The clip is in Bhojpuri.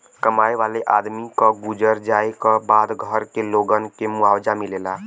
कमाए वाले आदमी क गुजर जाए क बाद घर के लोगन के मुआवजा मिलेला